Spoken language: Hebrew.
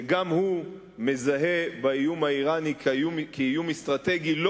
שגם הוא מזהה באיום האירני איום אסטרטגי לא